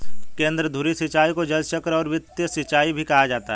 केंद्रधुरी सिंचाई को जलचक्र और वृत्त सिंचाई भी कहा जाता है